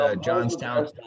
Johnstown